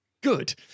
good